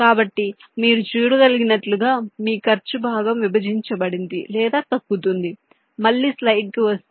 కాబట్టి మీరు చూడగలిగినట్లుగా మీ ఖర్చు భాగం విభజించబడింది లేదా తగ్గుతుంది మళ్ళీ స్లైడ్కు వస్తే